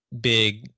big